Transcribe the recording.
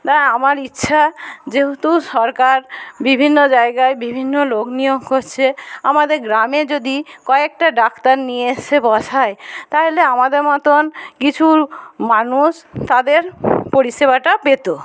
তাই আমার ইচ্ছা যেহেতু সরকার বিভিন্ন জায়গায় বিভিন্ন লোক নিয়োগ করছে আমাদের গ্রামে যদি কয়েকটা ডাক্তার নিয়ে এসে বসায় তাইলে আমাদের মতন কিছু মানুষ তাদের পরিষেবাটা পেতো